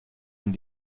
und